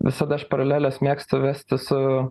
visada aš paraleles mėgstu vesti su